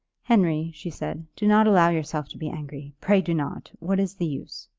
henry, she said, do not allow yourself to be angry pray do not. what is the use?